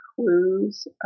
clues